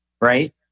right